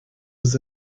was